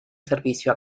servicio